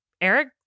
Eric